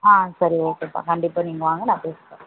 ஆ சரி ஓகேப்பா கண்டிப்பாக நீங்கள் வாங்க நான் பேசி பார்க்குறேன்